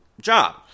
job